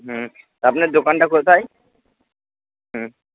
হুম আপনার দোকানটা কোথায় হুম